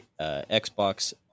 Xbox